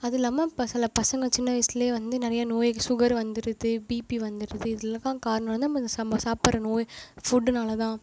அது இல்லாமல் இப்போ சில பசங்க சின்ன வயசுலேயே வந்து நிறைய நோய் சுகர் வந்துடுது பிபி வந்துடுது இதுக்கெல்லாம் காரணம் வந்து நம்ம நம்ம சாப்பிடுற நோய் ஃபுட்டுனால் தான்